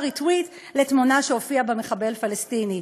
retweet לתמונה שהופיע בה מחבל פלסטיני.